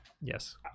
Yes